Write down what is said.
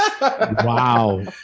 Wow